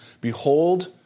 Behold